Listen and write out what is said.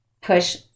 push